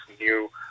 new